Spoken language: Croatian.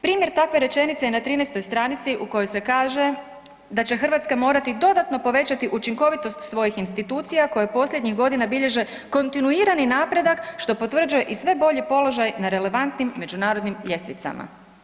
Primjer takve rečenice je na 13. stranici u kojoj se kaže da će Hrvatska morati dodatno povećati učinkovitost svojih institucija koje posljednjih godina bilježe kontinuirani napredak što potvrđuje i sve bolji položaj na relevantnim međunarodnim ljestvicama.